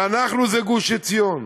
ואנחנו זה גוש-עציון,